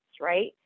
right